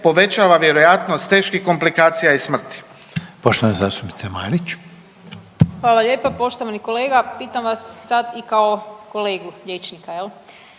povećava vjerojatnost teških komplikacija i srmti.